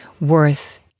worth